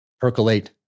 percolate